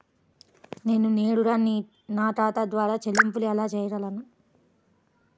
నేను నేరుగా నా ఖాతా ద్వారా చెల్లింపులు ఎలా చేయగలను?